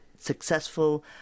successful